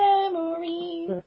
Memories